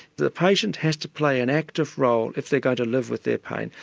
the patient has to play an active role if they're going to live with their pain.